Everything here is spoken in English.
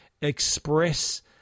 express